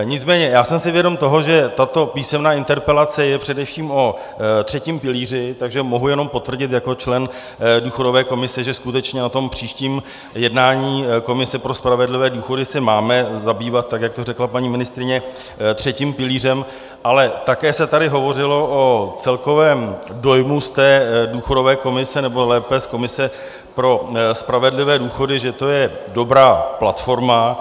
Nicméně já jsem si vědom toho, že tato písemná interpelace je především o třetím pilíři, takže mohu jenom potvrdit jako člen důchodové komise, že skutečně na tom příštím jednání komise pro spravedlivé důchody se máme zabývat, tak jak to řekla paní ministryně, třetím pilířem, ale také se tady hovořilo o celkovém dojmu z té důchodové komise, nebo lépe z komise pro spravedlivé důchody, že to je dobrá platforma.